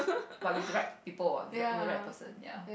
but with the right people with~ with the right person ya